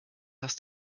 das